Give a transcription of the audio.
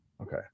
Okay